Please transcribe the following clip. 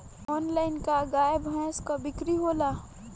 Online का गाय भैंस क बिक्री होला?